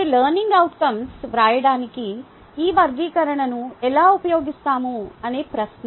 ఇప్పుడు learning outcomes వ్రాయడానికి ఈ వర్గీకరణను ఎలా ఉపయోగిస్తాము అనే ప్రశ్న